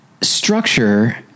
Structure